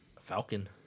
falcon